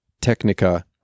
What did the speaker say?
technica